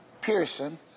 Pearson